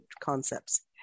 concepts